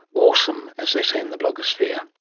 awesome, as they say in the blogosphere